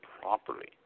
properly